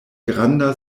granda